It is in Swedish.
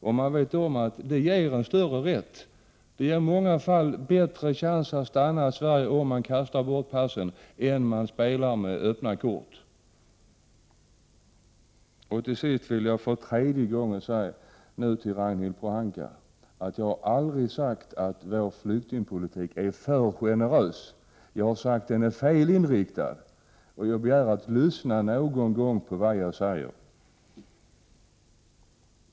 De vet att om de kastar bort passen kan det i många fall ge dem bättre chanser att stanna i Sverige än om de spelar med öppna kort. För tredje gången säger jag till Ragnhild Pohanka att jag har aldrig sagt att vår flyktingpolitik är för generös. Jag har sagt att den är felinriktad. Lyssna någon gång på vad jag säger!